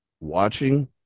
watching